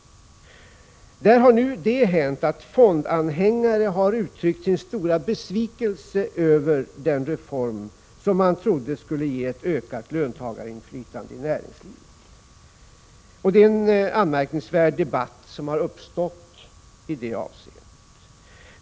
Där har nu det hänt att fondanhängare har uttryckt sin stora besvikelse över den reform de trodde skulle ge ett ökat löntagarinflytande i näringslivet. Det är en anmärkningsvärd debatt som har uppstått i det avseendet.